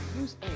use